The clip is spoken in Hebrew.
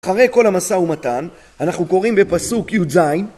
אחרי כל המסע ומתן, אנחנו קוראים בפסוק י"ז